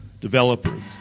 developers